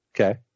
Okay